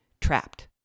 trapped